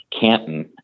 Canton